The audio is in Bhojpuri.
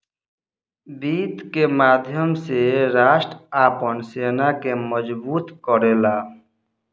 वित्त के माध्यम से राष्ट्र आपन सेना के मजबूत करेला